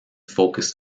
focused